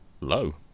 low